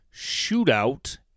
shootout